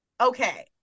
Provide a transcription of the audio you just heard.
okay